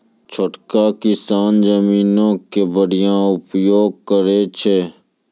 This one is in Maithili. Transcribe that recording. छोटका किसान जमीनो के बढ़िया उपयोग करै छै